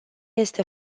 este